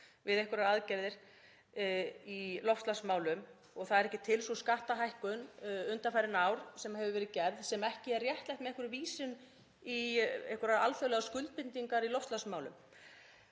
við einhverjar aðgerðir í loftslagsmálum og það er ekki til sú skattahækkun undanfarin ár sem hefur verið gerð sem ekki er réttlætt með vísun í einhverjar alþjóðlegar skuldbindingar í loftslagsmálum